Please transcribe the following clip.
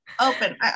open